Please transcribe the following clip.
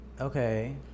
okay